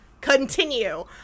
Continue